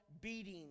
beating